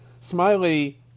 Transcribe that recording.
Smiley